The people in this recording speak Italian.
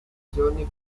sezioni